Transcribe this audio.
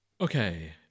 Okay